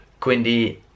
Quindi